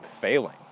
failing